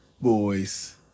Boys